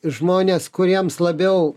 žmonės kuriems labiau